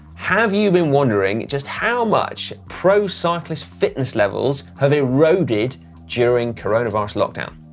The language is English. have you been wondering just how much pro cyclist fitness levels have eroded during coronavirus lockdown?